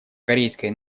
корейской